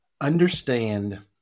understand